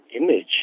image